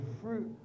fruit